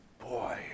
boy